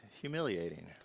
humiliating